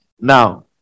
Now